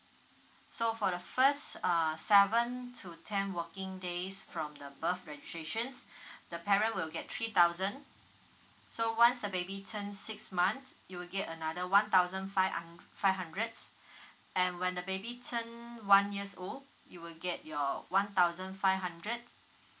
so for the first uh seven to ten working days from the birth registrations the parent will get three thousand so once the baby turns six months you will get another one thousand five um five hundreds and when the baby turn one years old you will get your one thousand five hundred